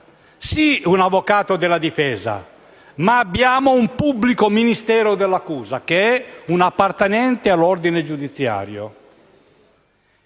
sì, un avvocato della difesa, ma abbiamo un pubblico ministero dell'accusa che è un appartenente all'ordine giudiziario.